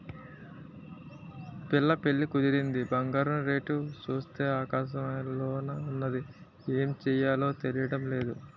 పిల్ల పెళ్లి కుదిరింది బంగారం రేటు సూత్తే ఆకాశంలోన ఉన్నాది ఏమి సెయ్యాలో తెల్డం నేదు